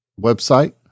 website